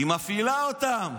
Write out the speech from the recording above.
היא מפעילה אותם.